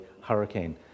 hurricane